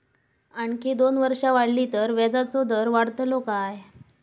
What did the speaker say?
आणखी दोन वर्षा वाढली तर व्याजाचो दर वाढतलो काय?